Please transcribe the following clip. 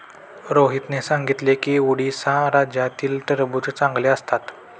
रोहितने सांगितले की उडीसा राज्यातील टरबूज चांगले असतात